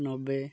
ନବେ